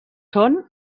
són